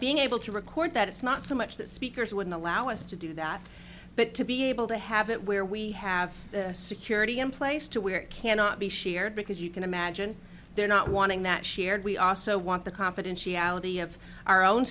being able to record that it's not so much that speakers would allow us to do that but to be able to have it where we have security in place to where it cannot be shared because you can imagine they're not wanting that shared we also want the confidentiality of our own